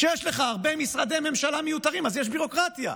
כשיש לך הרבה משרדי ממשלה מיותרים אז יש ביורוקרטיה,